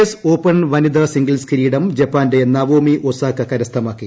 S open വനിതാ singles കിരീടം ജപ്പാന്റെ നവോമി ഒസാക കരസ്ഥമാക്കി